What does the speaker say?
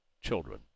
children